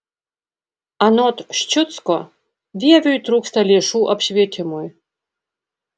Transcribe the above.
anot ščiucko vieviui trūksta lėšų apšvietimui